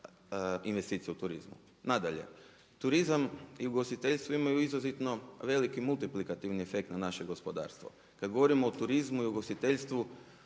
investicija u turizmu. Nadalje, turizam i ugostiteljstvo imaju izuzetno veliki multiplikativni efekt na naše gospodarstvo. Kada govorimo o turizmu i ugostiteljstvu